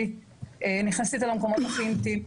היא נכנסת איתה למקומות הכי אינטימיים,